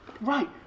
Right